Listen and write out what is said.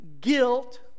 guilt